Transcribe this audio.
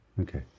Okay